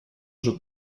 уже